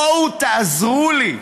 בואו תעזרו לי.